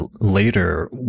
later